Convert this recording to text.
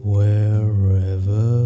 Wherever